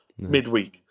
Midweek